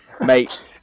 Mate